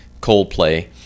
Coldplay